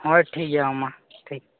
ᱦᱳᱭ ᱴᱷᱤᱠ ᱜᱮᱭᱟ ᱢᱟ ᱴᱷᱤᱠ